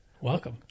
welcome